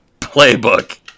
playbook